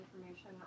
information